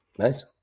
Nice